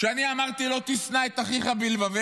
כשאני אמרתי "לא תשנא את אחיך בלבבך",